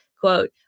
quote